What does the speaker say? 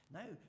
now